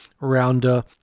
rounder